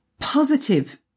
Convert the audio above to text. positive